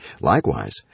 Likewise